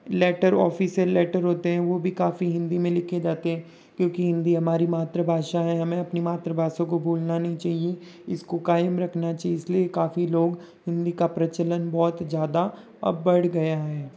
letter official letter होते हैं वो भी काफ़ी हिंदी में लिखे जाते हैं क्योंकि हिंदी हमारी मातृभाषा है हमें अपनी मातृभाषा को भूलना नहीं चहिए इस को कायम रखना चिए इसलिए काफ़ी लोग हिंदी का प्रचलन बहुत ज़्यादा अब बढ़ गया है